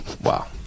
Wow